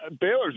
Baylor's